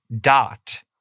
dot